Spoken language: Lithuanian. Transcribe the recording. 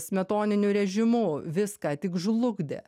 smetoniniu režimu viską tik žlugdė